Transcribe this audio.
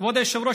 כבוד היושב-ראש,